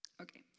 Okay